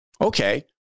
Okay